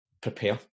prepare